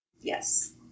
Yes